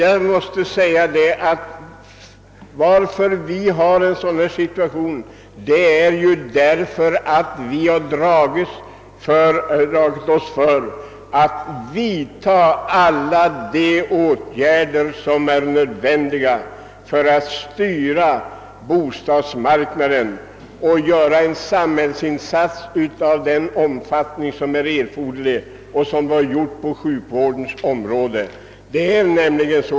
Anledningen till den nuvarande situationen på bostadsmarknaden är ju ait vi har dragit oss för att vidta alla de åtgärder som är nödvändiga för att styra utvecklingen på bostadsmarknaden och göra en samhällsinsats av den omfattning som är erforderlig och som vi har gjort på sjukvårdens område.